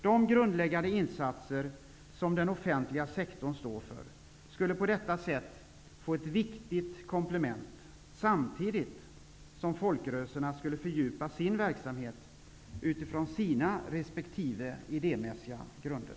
De grundläggande insatser som den offentliga sektorn står för skulle på detta sätt få ett viktigt komplement, samtidigt som folkrörelserna skulle fördjupa sin verksamhet utifrån sina resp. idémässiga grunder.